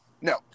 No